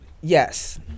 Yes